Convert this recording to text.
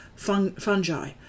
Fungi